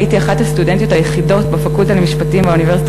הייתי אחת הסטודנטיות היחידות בפקולטה למשפטים באוניברסיטה